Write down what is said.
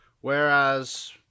Whereas